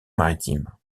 maritime